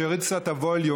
שיוריד קצת את הווליום,